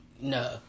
no